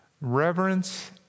Reverence